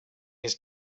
his